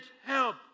help